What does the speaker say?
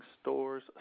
stores